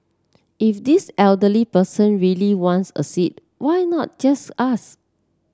if this elderly person really wants a seat why not just ask